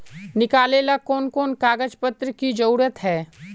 निकाले ला कोन कोन कागज पत्र की जरूरत है?